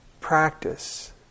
practice